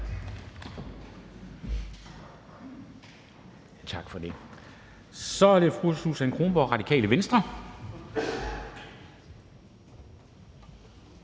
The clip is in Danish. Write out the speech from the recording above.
bemærkninger. Så er det fru Susan Kronborg, Radikale Venstre.